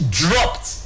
dropped